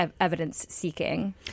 evidence-seeking